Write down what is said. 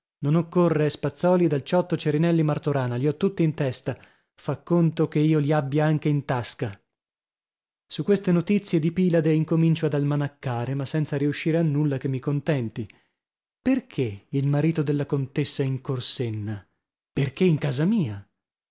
non occorre spazzòli dal ciotto cerinelli martorana li ho tutti in testa fa conto che io li abbia anche in tasca su queste notizie di pilade incomincio ad almanaccare ma senza riuscire a nulla che mi contenti perchè il marito della contessa in corsenna perchè in casa mia